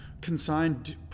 consigned